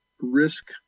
risk